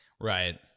right